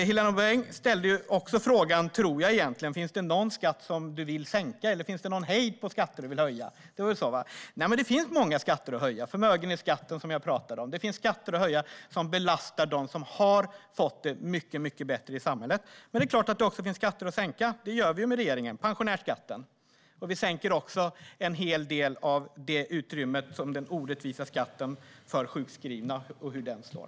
Helena Bouveng undrade om det finns någon skatt som vi vill sänka och om det finns någon hejd på de skatter som vi vill höja. Det finns många skatter att höja, till exempel förmögenhetsskatten, som jag talade om. Det finns skatter att höja som belastar dem som har fått det mycket bättre i samhället. Men det är klart att det också finns skatter att sänka. Det gör vi ju med regeringen, som med pensionärsskatten. Vi genomför också en hel del sänkningar vad gäller den orättvisa skatten för sjukskrivna och hur den slår.